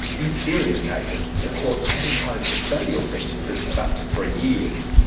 in serious cases the court can impose custodial sentences of up to three years.